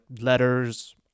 letters